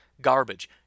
Garbage